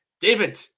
David